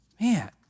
Man